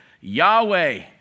Yahweh